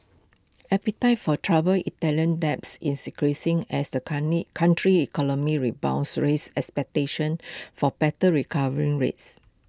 appetite for troubled Italian debts is increasing as the country's economy rebounds raises expectations for better recovery rates